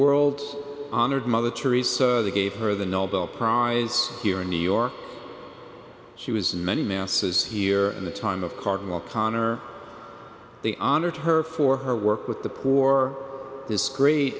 world honored mother theresa gave her the nobel prize here in new york she was many masses here in the time of cardinal o'connor they honored her for her work with the poor this great